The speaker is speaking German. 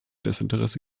desinteresse